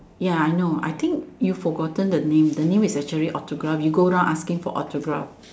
ya I know I think you forgotten the name the name is actually autograph you go down asking for autograph